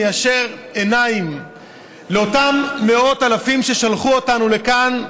מישיר מבט לאותם מאות אלפים ששלחו אותנו לכאן,